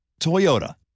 Toyota